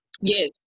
yes